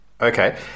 Okay